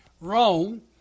Rome